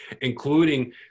including